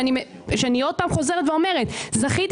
כשאני עוד פעם חוזרת ואומרת שזכיתי